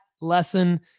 lesson